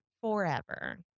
forever